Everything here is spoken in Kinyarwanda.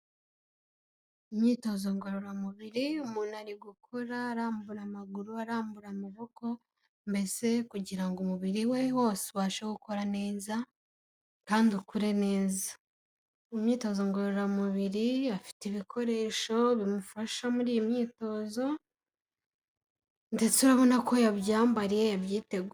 Imyitozo ngororamubiri, umuntu ari gukora, arambura amaguru, arambura amaboko, mbese kugira ngo umubiri we wose ubashe gukora neza, kandi ukure neza, mu myitozo ngororamubiri, afite ibikoresho bimufasha muri iyi myitozo, ndetse urabona ko yabyambariye, yabyiteguye.